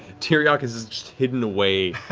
tyriok is is hidden away.